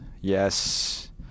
Yes